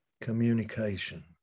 communication